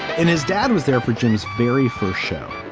and his dad was there for jim's very first show